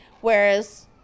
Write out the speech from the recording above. Whereas